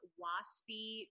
waspy